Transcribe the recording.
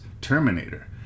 Terminator